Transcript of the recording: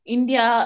India